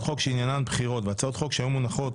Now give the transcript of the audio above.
חוק שעניינן בחירות והצעות חוק שהיו מונחות